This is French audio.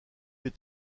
est